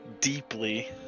Deeply